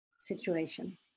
situation